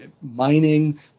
mining